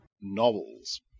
novels